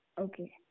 Okay